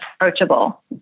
approachable